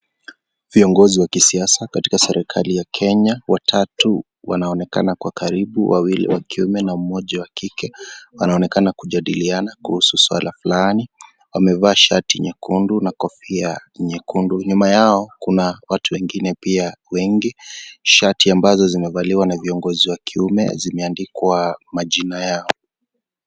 Viongozi wa kisiasa katika serikali ya Kenya. Watatu wanaonekana kwa karibu, wawili wa kiume na mmoja wa kike. Wanaonekana kujadiliana kuhusu swala fulani. Wamevaa shati nyekundu na kofia nyekundu. Nyuma yao kuna watu wengine pia wengi, shati ambazo zimebakiwa na viongozi wa kiume zimebandikwa, majina yao.